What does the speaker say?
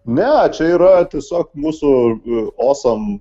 ne čia yra tiesiog mūsų osam